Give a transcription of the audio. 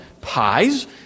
pies